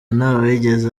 ntawigeze